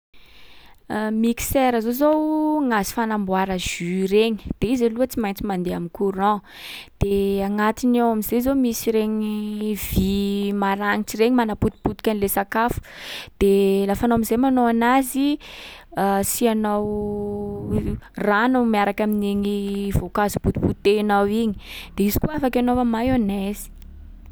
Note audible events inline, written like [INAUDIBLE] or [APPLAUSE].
[HESITATION] Mixeur zao zao, gnazy fanamboara jus regny. De izy aloha tsy maintsy mandeha am'courant. De agnatiny ao am’zay zao misy regny vy maranitsy regny manapotipotiky an’le sakafo. De lafa anao am’zay manao anazy, asiànao [HESITATION] rano miaraka amin’igny voankazo potipotehinao igny. De izy koa afaky anaova mayonnaise.